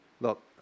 Look